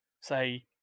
say